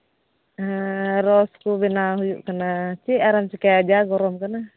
ᱦᱮᱸ ᱨᱚᱥ ᱠᱚ ᱵᱮᱱᱟᱣ ᱦᱩᱭᱩᱜ ᱠᱟᱱᱟ ᱪᱮᱫ ᱟᱨᱮᱢ ᱪᱮᱠᱟᱭᱟ ᱡᱟ ᱜᱚᱨᱚᱢ ᱠᱟᱱᱟ